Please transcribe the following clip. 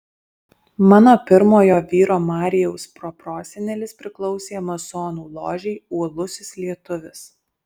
mano pirmojo vyro marijaus proprosenelis priklausė masonų ložei uolusis lietuvis